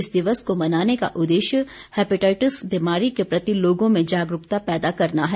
इस दिवस को मनाने का उद्देश्य हेपेटाइटिस बीमारी के प्रति लोगों में जागरूकता पैदा करना है